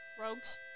rogues